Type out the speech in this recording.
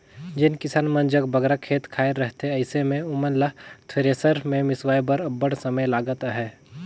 जेन किसान मन जग बगरा खेत खाएर रहथे अइसे मे ओमन ल थेरेसर मे मिसवाए बर अब्बड़ समे लगत अहे